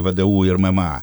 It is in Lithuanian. vdu ir mma